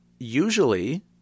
Usually